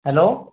hello